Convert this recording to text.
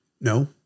No